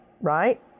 right